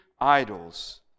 idols